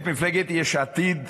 את מפלגת יש עתיד,